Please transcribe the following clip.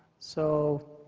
so